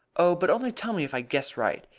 oh, but only tell me if i guess right.